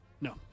No